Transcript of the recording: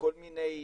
כל מיני